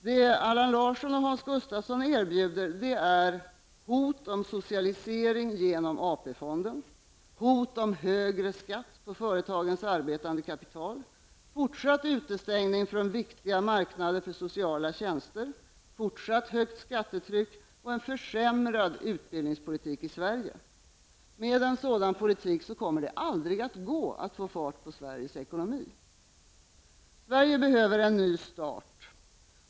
Det Allan Larsson och Hans Gustafsson erbjuder är hot om socialisering genom AP-fonden, hot om högre skatt på företagens arbetande kapital, fortsatt utestängning från viktiga marknader för sociala tjänster, fortsatt högt skattetryck och en försämrad utbildningspolitik i Sverige. Med en sådan politik kommer det aldrig att gå att få fart på Sverige behöver en ny start.